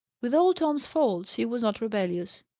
with all tom's faults, he was not rebellious,